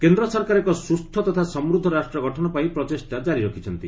କେନ୍ଦ୍ର ସରକାର ଏକ ସୁସ୍ଥ ତଥା ସମୃଦ୍ଧ ରାଷ୍ଟ୍ରଗଠନ ପାଇଁ ପ୍ରଚେଷ୍ଟା ଜାରୀ ରଖିଛନ୍ତି